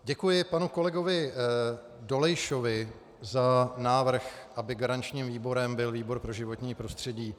Děkuji panu kolegovi Dolejšovi za návrh, aby garančním výborem byl výbor pro životní prostředí.